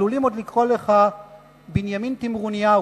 עלולים עוד לקרוא לך בנימין תמרוניהו.